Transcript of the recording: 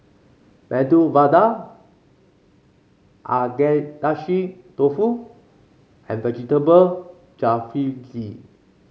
Medu Vada Agedashi Dofu and Vegetable Jalfrezi